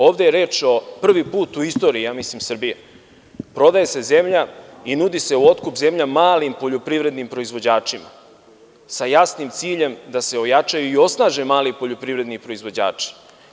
Ovde je reč, prvi put u istoriji, mislim, Srbije, prodaje se zemlja i nudi se u otkup zemlja malim poljoprivrednim proizvođačima sa jasnim ciljem da se ojačaju i osnaže mali poljoprivredni proizvođači.